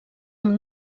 amb